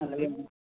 అలాగే మేడం